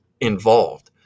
involved